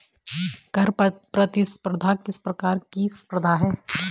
कर प्रतिस्पर्धा किस प्रकार की स्पर्धा है?